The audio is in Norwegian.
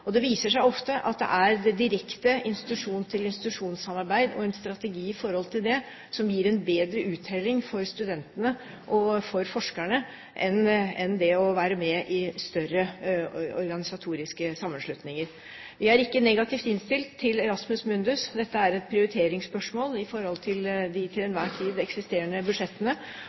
Det viser seg ofte at direkte institusjon til institusjon-samarbeid og en strategi i forhold til det gir bedre uttelling for studentene og for forskerne enn å være med i større organisatoriske sammenslutninger. Vi er ikke negativt innstilt til Erasmus Mundus. Dette er et prioriteringsspørsmål i forhold til de til enhver tid eksisterende budsjettene,